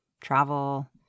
travel